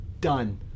done